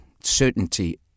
certainty